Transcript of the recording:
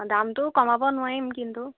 দামটো কমাব নোৱাৰিম কিন্তু